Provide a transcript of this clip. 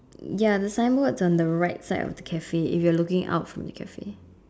ya the signboard is on the right side of the Cafe if you are looking out from the Cafe